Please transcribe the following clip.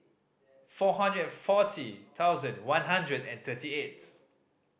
four hundred and forty thousand one hundred and thirty eight